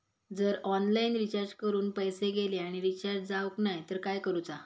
जर online recharge करून पैसे गेले आणि रिचार्ज जावक नाय तर काय करूचा?